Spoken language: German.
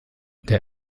der